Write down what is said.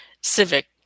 civic